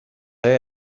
های